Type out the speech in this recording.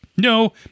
No